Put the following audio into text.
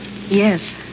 Yes